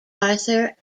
arthur